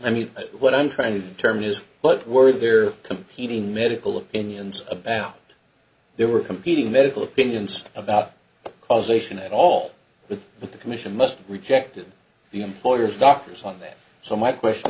i mean what i'm trying to determine is what words they're competing medical opinions about there were competing medical opinions about causation at all with the commission must be rejected the employer's doctors on that so my question